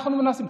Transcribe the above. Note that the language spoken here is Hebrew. אנחנו מנסים.